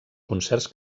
concerts